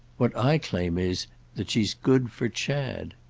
what i claim is that she's good for chad.